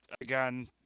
Again